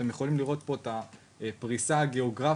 אתם יכולים לראות פה את הפריסה הגיאוגרפית,